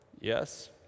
yes